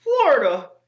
Florida